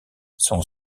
son